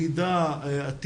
לידה עד גיל שלוש,